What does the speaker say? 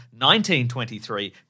1923